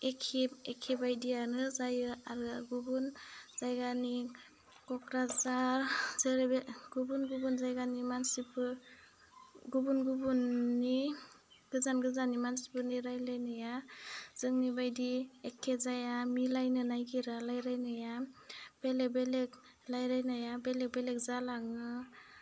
एखे एखे बायदियानो जायो आरो गुबुन जायगानि कक्राझार जेरै गुबुन गुबुन जायगानि मानसिफोर गुबुन गुबुननि गोजान गोजाननि मानसिफोरनि रायलायनाया जोंनि बायदि एखे जाया मिलायनो नागिरा रायलायनाया बेलेक बेलेक रायलायनाया बेलेक बेलेक जालाङो